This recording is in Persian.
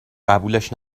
قبولش